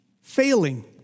failing